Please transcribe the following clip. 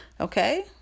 Okay